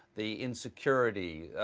the insecurity,